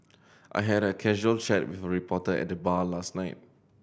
I had a casual chat with a reporter at the bar last night